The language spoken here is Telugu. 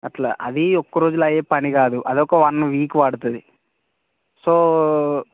అట్లా అది ఒక్క రోజులో అయ్యే పని కాదు అదొక వన్ వీక్ పడుతుంది సో